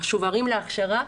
השוברים להכשרה,